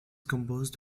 composed